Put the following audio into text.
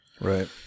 Right